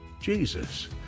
Jesus